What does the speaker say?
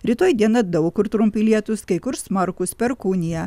rytoj diena daug kur trumpi lietūs kai kur smarkūs perkūnija